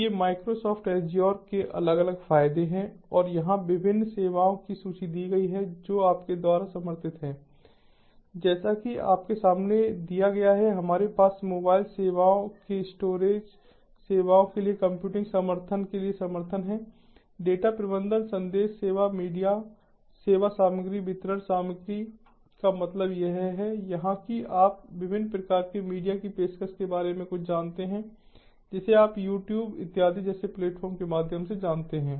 तो ये Microsoft Azure के अलग अलग फायदे हैं और यहाँ विभिन्न सेवाओं की सूची दी गई है जो आपके द्वारा समर्थित हैं जैसा कि आपके सामने दिया गया है हमारे पास मोबाइल सेवाओं के स्टोरेज सेवाओं के लिए कंप्यूटिंग समर्थन के लिए समर्थन है डेटा प्रबंधन संदेश सेवा मीडिया सेवा सामग्री वितरण सामग्री का मतलब है यह कि आप विभिन्न प्रकार के मीडिया की पेशकश के बारे में कुछ जानते हैं जिसे आप यूट्यूब इत्यादि जैसे प्लेटफार्मों के माध्यम से जानते हैं